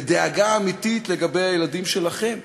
ודאגה אמיתית לילדים שלכם.